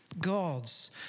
God's